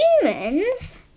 humans